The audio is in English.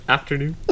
Afternoon